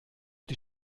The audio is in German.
die